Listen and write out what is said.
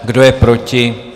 Kdo je proti?